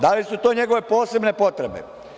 Da li su to njegove posebne potrebe?